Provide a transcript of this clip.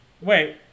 Wait